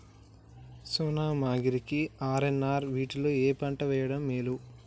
సోనా మాషురి కి ఆర్.ఎన్.ఆర్ వీటిలో ఏ పంట వెయ్యడం మేలు?